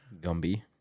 Gumby